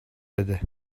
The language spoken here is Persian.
بده